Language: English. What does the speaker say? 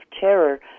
terror